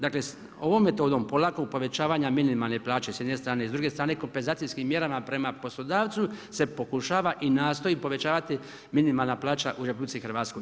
Dakle, ovom metodom polako povećavanja minimalne plaće s jedne strane, s druge strane kompenzacijskim mjerama prema poslodavcu se pokušava i nastoji povećavati minimalna plaća u RH.